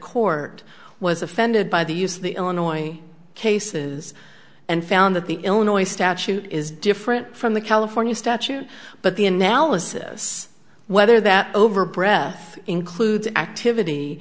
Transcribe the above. court was offended by the use of the illinois cases and found that the illinois statute is different from the california statute but the analysis whether that over breath included activity